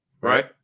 right